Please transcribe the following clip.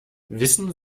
wissen